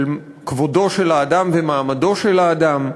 של כבודו של האדם ומעמדו של האדם.